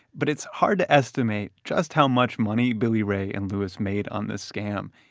but it's hard to estimate just how much money billy ray and louis made on this scam.